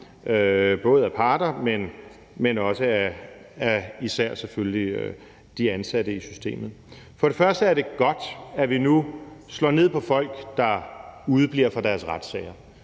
både af parter, men selvfølgelig også af især de ansatte i systemet. Det er godt, at vi nu slår ned på folk, der udebliver fra deres retssager.